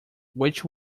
which